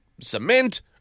cement